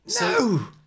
No